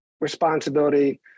responsibility